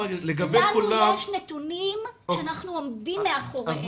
לנו יש נתונים שאנחנו עומדים מאחוריהם.